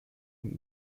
und